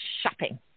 shopping